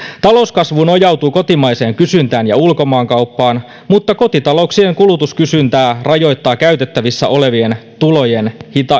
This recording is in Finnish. talouskasvu nojautuu kotimaiseen kysyntään ja ulkomaankauppaan mutta kotitalouksien kulutuskysyntää rajoittaa käytettävissä olevien tulojen